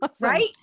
Right